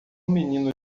menino